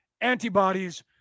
antibodies